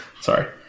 Sorry